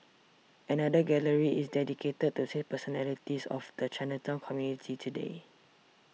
another gallery is dedicated to six personalities of the Chinatown community today